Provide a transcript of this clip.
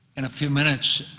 in a few minutes,